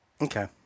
Okay